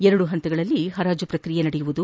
ಎರಡು ಹಂತಗಳಲ್ಲಿ ಹರಾಜು ಪ್ರಕ್ರಿಯೆ ನಡೆಯಲಿದೆ